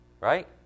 right